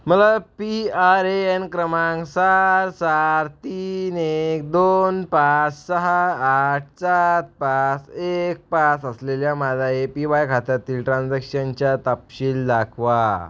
मला P R A N क्रमांक चार चार तीन एक दोन पास सहा आठ सात पास एक पास असलेल्या माझ्या ए पी वाय खात्यातील ट्रान्झॅक्शनच्या तपशील दाखवा